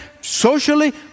socially